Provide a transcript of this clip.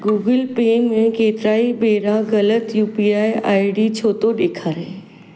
Google Pay में केतिराई भेरा गलति U P I I D छो थो ॾेखारे